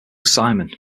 simon